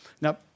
Now